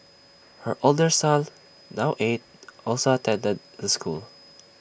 her older son now eight also attended the school